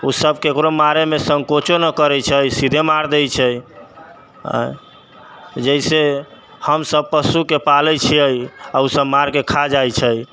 ओसब ककरो मारैमे संकोचो नहि करै छै सीधे मारि दै छै जइसे हमसब पशुके पालै छिए आओर ओसब मारिकऽ खा जाइ छै